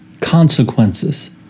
consequences